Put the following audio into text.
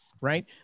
right